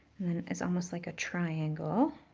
then it's almost like a triangle,